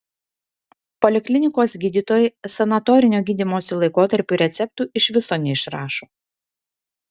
poliklinikos gydytojai sanatorinio gydymosi laikotarpiui receptų iš viso neišrašo